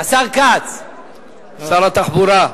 שר התחבורה.